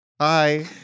Hi